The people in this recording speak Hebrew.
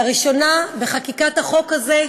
לראשונה, בחקיקת החוק הזה,